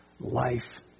life